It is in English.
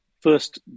first